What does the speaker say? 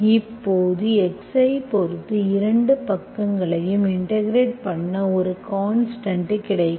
இப்போது x ஐப் பொறுத்து இரு பக்கங்களையும்இன்டெகிரெட் பண்ண ஒரு கான்ஸ்டன்ட் கிடைக்கும்